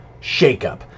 shakeup